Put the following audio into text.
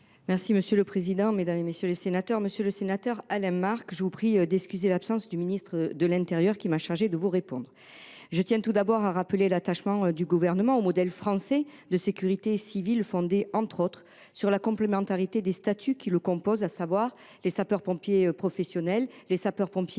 concitoyens ? La parole est à Mme la ministre déléguée. Monsieur le sénateur Alain Marc, je vous prie d’excuser l’absence du ministre de l’intérieur, qui m’a chargée de vous répondre. Tout d’abord, je tiens à rappeler l’attachement du Gouvernement au modèle français de sécurité civile, fondé, entre autres, sur la complémentarité des statuts qui le composent, à savoir les sapeurs pompiers professionnels, les sapeurs pompiers